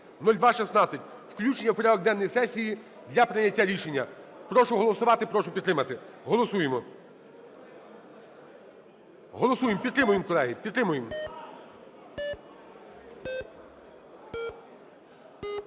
(0216). Включення у порядок денний сесії для прийняття рішення. Прошу проголосувати, прошу підтримати. Голосуємо! Підтримуємо, колеги! Підтримуємо.